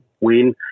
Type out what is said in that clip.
win